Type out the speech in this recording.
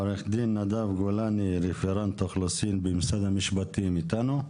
עו"ד נדב גולני רפרט אוכלוסין במשרד המשפטים איתנו?